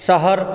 शहर